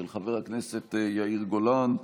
של חבר הכנסת יאיר גולן,